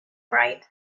bright